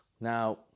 Now